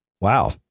Wow